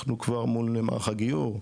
אנחנו כבר מול מערך הגיור,